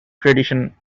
tradition